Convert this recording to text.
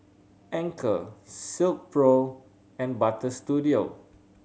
Anchor Silkpro and Butter Studio